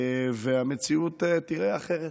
והמציאות תיראה אחרת,